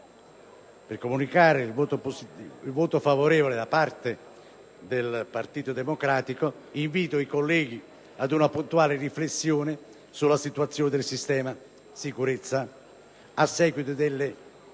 per dichiarare il voto favorevole del Gruppo del Partito Democratico. Invito i colleghi ad una puntuale riflessione sulla situazione del sistema sicurezza a seguito delle